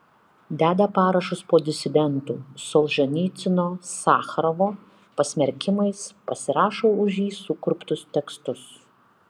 deda parašus po disidentų solženicyno sacharovo pasmerkimais pasirašo už jį sukurptus tekstus